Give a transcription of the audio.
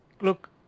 look